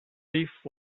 thief